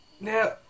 Now